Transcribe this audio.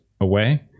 away